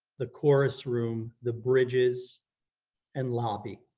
the chorus room, the bridges and lobby.